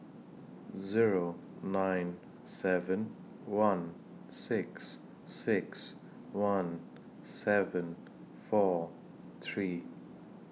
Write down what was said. Zero nine seven one six six one seven four three